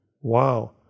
Wow